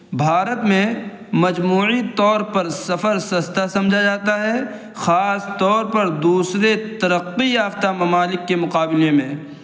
بھارت میں مجموعی طور پر سفر سستا سمجھا جاتا ہے خاص طور پر دوسرے ترقی یافتہ ممالک کے مقابلے میں